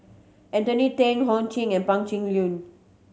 Anthony Then Ho Ching and Pan Cheng Lui